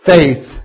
Faith